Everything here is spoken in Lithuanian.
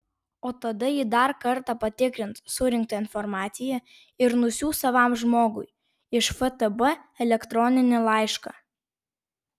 o tada ji dar kartą patikrins surinktą informaciją ir nusiųs savam žmogui iš ftb elektroninį laišką